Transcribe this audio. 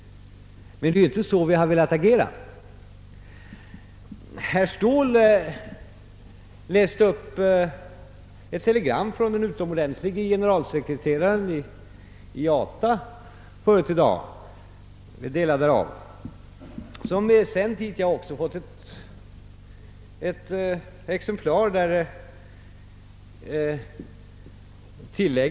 Men det är ju inte i den avsikten vi velat agera. Herr Ståhl läste tidigare i dag upp delar ur ett telegram från den utomordentlige generalsekreteraren i IATA. Jag har sedan dess fått ett exemplar av detta telegram.